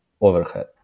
overhead